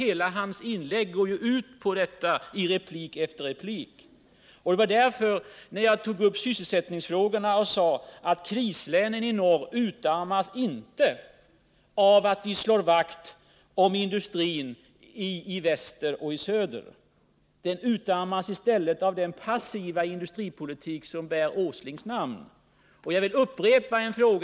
I replik efter replik går hans inlägg ut på det. Det var därför jag tog upp sysselsättningsfrågorna och sade att krislänen i norr inte utarmas av att vi slår vakt om industrin i väster och söder. Den utarmas i stället av den passiva industripolitik som bär Nils Åslings namn.